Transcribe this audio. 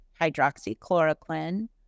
hydroxychloroquine